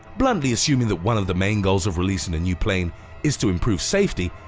bluntly assuming that one of the main goals of releasing a new plane is to improve safety,